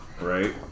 Right